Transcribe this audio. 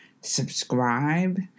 subscribe